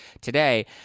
today